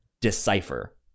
decipher